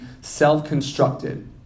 self-constructed